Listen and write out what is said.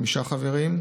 חמישה חברים,